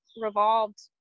revolved